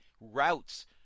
routes